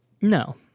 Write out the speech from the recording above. No